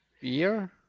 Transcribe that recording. Beer